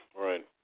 Right